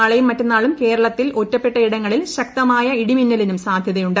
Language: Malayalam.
നാളെയും മറ്റന്നാളും കേരളത്തിൽ ഒറ്റപ്പെട്ടയിടങ്ങളിൽ ശക്തമായ ഇടിമിന്നലിനും സാധ്യതയുണ്ട്